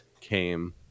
came